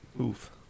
Oof